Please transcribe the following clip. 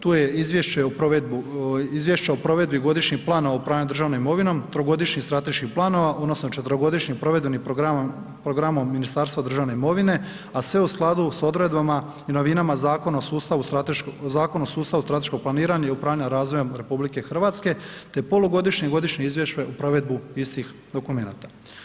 Tu je Izvješće o provedbi godišnjeg plana o upravljanju državnom imovinom, trogodišnjih strateških planova, odnosno četverogodišnjim provedbenim programom Ministarstva državne imovine a sve u skladu sa odredbama i novinama Zakona o sustavu strateškog planiranja i upravljanja razvojem RH te polugodišnje i godišnje izvješće u provedbu istih dokumenata.